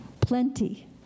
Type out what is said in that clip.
Plenty